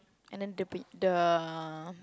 and then dia punya the